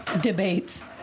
Debates